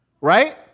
right